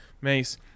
mace